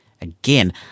again